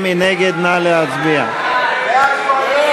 להצביע, אדוני?